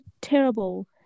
terrible